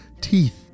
teeth